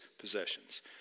possessions